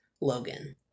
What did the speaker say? Logan